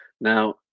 Now